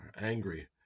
angry